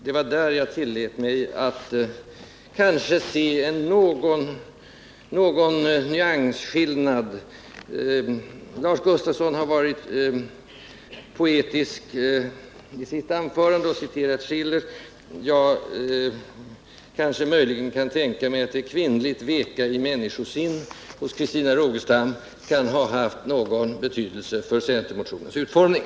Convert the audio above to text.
Det var där jag tillät mig att spåra en nyansskillnad. Lars Gustafsson var poetisk i sitt anförande och citerade Schiller. Jag kan för min del möjligen tänka mig att det ”kvinnligt veka i mänskosinn” hos Christina Rogestam kan ha haft någon betydelse för centermotionens utformning.